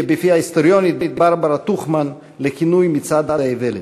ההיסטוריונית ברברה טוכמן לכינוי "מצעד האיוולת".